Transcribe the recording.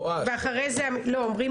אומרים